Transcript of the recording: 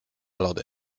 lody